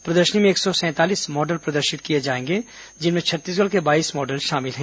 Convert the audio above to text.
प्रदर्शनी में एक सौ सैंतालीस मॉडल प्रदर्शित किए जाएंगे जिनमें छत्तीसगढ़ के बाईस मॉडल शामिल हैं